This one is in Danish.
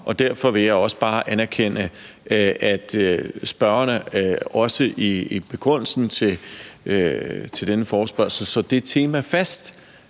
Derfor vil jeg også bare anerkende, at spørgerne også i begrundelsen til denne forespørgsel slår det tema fast,